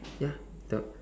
ya the